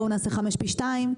בואו נעשה 5 פי 2,